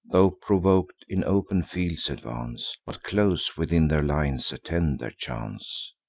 tho' provok'd, in open fields advance, but close within their lines attend their chance.